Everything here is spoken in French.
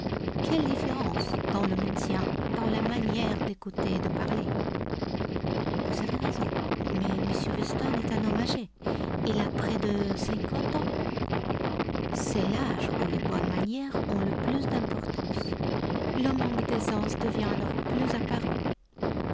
quelle différence dans le maintien dans la manière d'écouter et de parler vous avez raison mais m weston est un homme âgé il a près de cinquante ans c'est l'âge où les bonnes manières ont le plus d'importance le manque d'aisance devient alors plus apparent